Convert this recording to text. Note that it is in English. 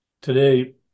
today